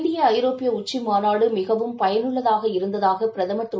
இந்திய ஐரோப்பிய உச்சிமாநாடு மிகவும் பயனுள்ளதாக இருந்ததாகபிரதமர் திரு